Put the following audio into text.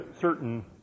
certain